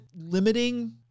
limiting